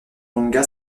manga